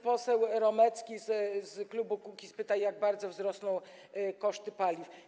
Poseł Romecki z klubu Kukiz pytał, jak bardzo wzrosną koszty paliw.